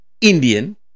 Indian